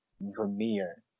Vermeer